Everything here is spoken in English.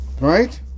right